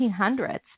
1800s